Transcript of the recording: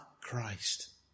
Christ